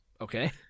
okay